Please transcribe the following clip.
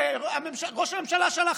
ראש הממשלה שלח,